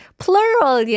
plural